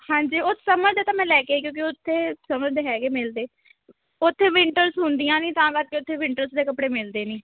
ਹਾਂਜੀ ਉਹ ਸਮਰ ਦੇ ਤਾਂ ਮੈਂ ਲੈ ਕੇ ਆਈ ਕਿਉਂਕਿ ਉੱਥੇ ਸਮਰ ਦੇ ਹੈਗੇ ਮਿਲਦੇ ਉੱਥੇ ਵਿੰਟਰਸ ਹੁੰਦੀਆਂ ਨਹੀਂ ਤਾਂ ਕਰਕੇ ਉੱਥੇ ਵਿੰਟਰਸ ਦੇ ਕੱਪੜੇ ਮਿਲਦੇ ਨਹੀਂ